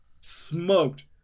Smoked